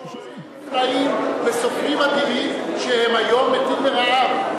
יש משוררים נפלאים וסופרים מדהימים שהיום מתים מרעב.